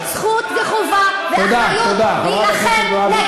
יש זכות וחובה ואחריות להילחם, תודה.